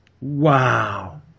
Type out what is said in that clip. Wow